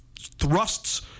thrusts